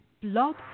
blog